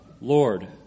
Lord